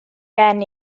gen